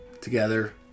together